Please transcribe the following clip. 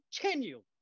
continue